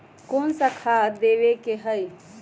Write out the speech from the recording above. कोन सा खाद देवे के हई?